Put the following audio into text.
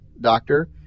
doctor